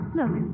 look